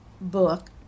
book